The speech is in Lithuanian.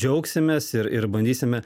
džiaugsimės ir ir bandysime